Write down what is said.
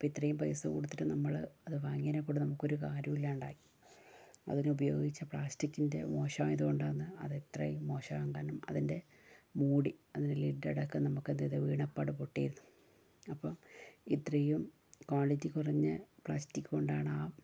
ഇപ്പോൾ ഇത്രെയും പൈസകൊടുത്തിട്ട് നമ്മള് അത് വാങ്ങിയേനെകൊണ്ട് നമുക്ക് ഒരു കാര്യവും ഇല്ലാണ്ടായി അതിനുപയോഗിച്ച പ്ലാസ്റ്റിക്കിൻ്റെ മോശമായതുകൊണ്ടാണ് അത് ഇത്രേം മോശമാകാൻ കാരണം അതിൻ്റെ മൂടി വീണപോഴങ്ങാട് പൊട്ടി അപ്പോൾ ഇത്രേം ക്വാളിറ്റി കുറഞ്ഞ പ്ലാസ്റ്റിക് കൊണ്ടാണ് ആ